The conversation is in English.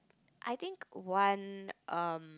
I think one um